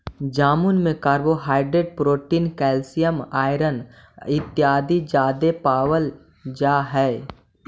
जामुन में carbohydrate protein calcium iron इत्यादि जादे पायल जा हई